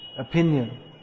opinion